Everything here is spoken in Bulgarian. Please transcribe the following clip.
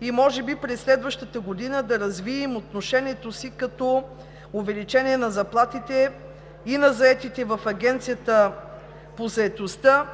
и може би през следващата година да развием отношението си като увеличение на заплатите – и на заетите в Агенцията по заетостта,